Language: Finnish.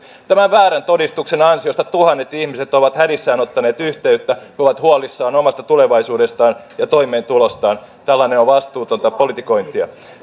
tämän väärän todistuksen ansiosta tuhannet ihmiset ovat hädissään ottaneet yhteyttä he ovat huolissaan omasta tulevaisuudestaan ja toimeentulostaan tällainen on vastuutonta politikointia